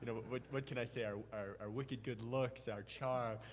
know, what but can i say? our our wicked good looks, our charm.